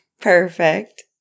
Perfect